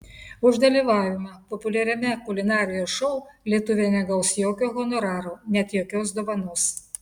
už dalyvavimą populiariame kulinarijos šou lietuvė negaus jokio honoraro net jokios dovanos